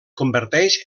converteix